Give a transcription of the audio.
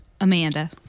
Amanda